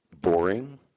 Boring